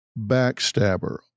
Backstabber